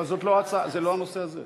אבל זה לא הנושא הזה.